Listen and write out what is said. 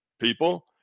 people